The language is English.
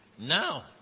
Now